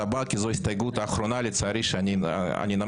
הצבעה לא נתקבל ה-לחלופין לא